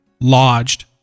lodged